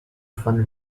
von